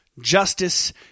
justice